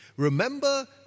Remember